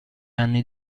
anni